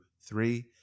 three